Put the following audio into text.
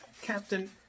Captain